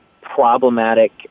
problematic